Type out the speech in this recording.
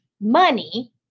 money